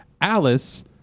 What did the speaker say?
Alice